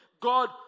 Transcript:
God